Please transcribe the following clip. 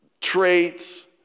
Traits